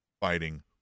fighting